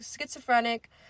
schizophrenic